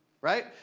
right